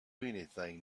anything